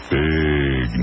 big